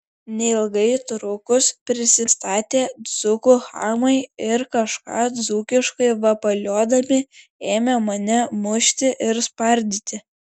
neilgai trukus prisistatė dzūkų chamai ir kažką dzūkiškai vapaliodami ėmė mane mušti ir spardyti